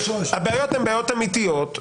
הבעיות הן בעיות אמיתיות,